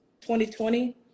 2020